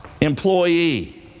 employee